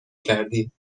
کردیم